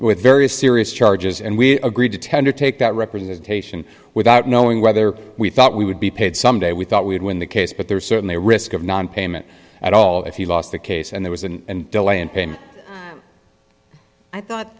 with very serious charges and we agreed to tender take that representation without knowing whether we thought we would be paid some day we thought we would win the case but there is certainly a risk of nonpayment at all if you lost the case and there was an delay in pain i thought